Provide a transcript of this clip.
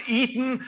eaten